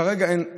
כרגע אין.